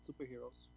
superheroes